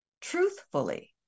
truthfully